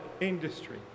industry